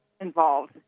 involved